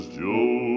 joe